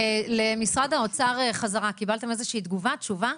למשרד האוצר חזרה, קיבלתם איזושהי תגובה, תשובה?